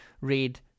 read